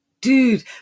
dude